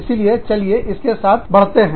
इसीलिए चलिए इसके के साथ पढ़ते हैं